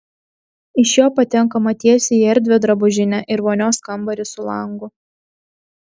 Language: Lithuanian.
iš jo patenkama tiesiai į erdvią drabužinę ir vonios kambarį su langu